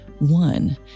One